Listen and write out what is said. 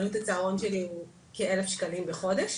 עלות הצהרון שלי כאלף שקלים בחודש,